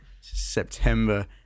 September